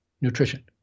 nutrition